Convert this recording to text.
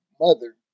mother